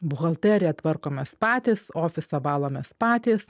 buhalteriją tvarkomės patys ofisą valomės patys